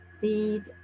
Feed